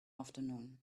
afternoon